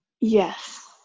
Yes